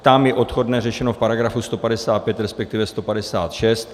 Tam je odchodné řešeno v paragrafu 155, respektive 156.